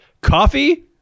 coffee